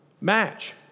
match